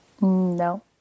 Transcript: No